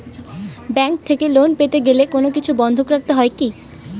Bank থেকে loan পেতে গেলে কোনো কিছু বন্ধক রাখতে হয় কি?